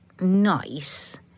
nice